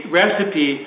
recipe